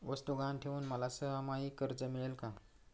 वस्तू गहाण ठेवून मला सहामाही कर्ज मिळेल का?